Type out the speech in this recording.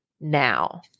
now